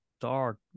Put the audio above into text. dark